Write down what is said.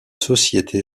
société